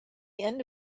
end